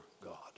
God